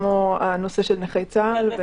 כמו נכי צה"ל?